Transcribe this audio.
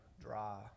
dry